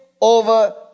over